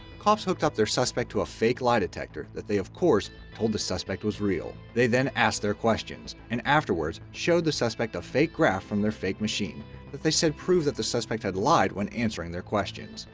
cops hooked up their suspect to a fake lie detector that they of course told the suspect was real. they then asked their questions, and afterwards showed the suspect a fake graph from their fake machine that they said proved that the suspect had lied when answering their questions.